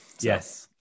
yes